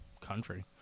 country